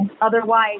otherwise